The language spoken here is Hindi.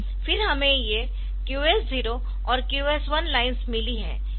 फिर हमें ये QS0 और QS 1 लाइन्स मिली है